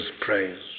praise